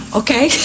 okay